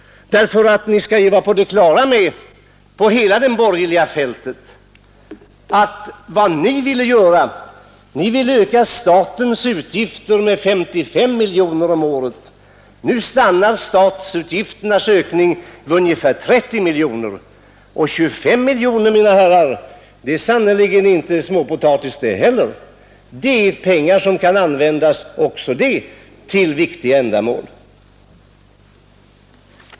Ni skall vara på det klara med — på hela det borgerliga fältet — att vad ni ville göra var att öka statens utgifter med 55 miljoner kronor om året. Nu stannar statsutgifternas ökning vid ungefär 30 miljoner. Och att spara 25 miljoner, mina herrar, är sannerligen inte småpotatis det heller. Det är pengar som också de kan användas till viktiga ändamål.